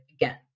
again